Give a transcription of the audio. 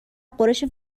غرش